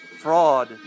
fraud